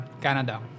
Canada